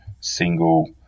single